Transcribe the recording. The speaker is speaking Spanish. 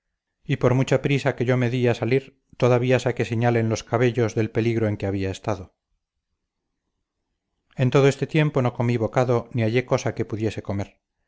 y por mucha prisa que yo me di a salir todavía saqué señal en los cabellos del peligro en que había estado en todo este tiempo no comí bocado ni hallé cosa que pudiese comer